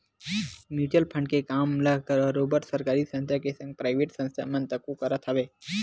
mutual fund के काम ल बरोबर सरकारी संस्था के संग पराइवेट संस्था मन तको करत हवय